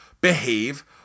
behave